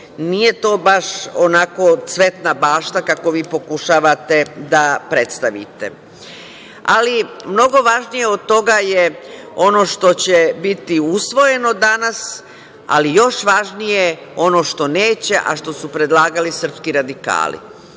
nije to baš onako cvetna bašta kako vi pokušavate da predstavite. Ali, mnogo važnije od toga je ono što će biti usvojeno danas, ali još važnije je ono što neće, a što su predlagali srpski radikali.